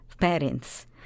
parents